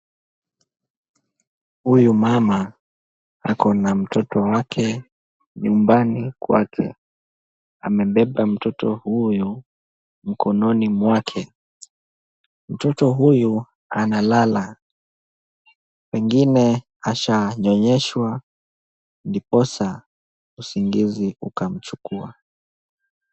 Huyu mama ako na mtoto wake nyumbani kwake. Amebeba huyu mkononi mwake. Mtoto huyu analala, pengine ashanyonyeshwa ndiposa usingizi ukamchukua.